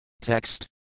Text